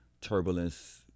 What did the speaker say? turbulence